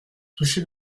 touché